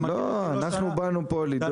לא, אנחנו באנו לפה לדאוג --- אתה